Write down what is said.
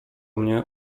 mnie